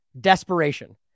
Desperation